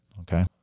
okay